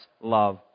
love